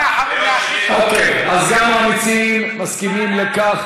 אוקיי, אז גם המציעים מסכימים לכך.